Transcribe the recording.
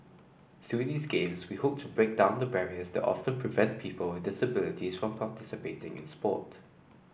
through these games we hope to break down the barriers that often prevent people with disabilities from participating in sport